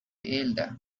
elda